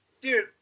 Dude